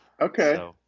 Okay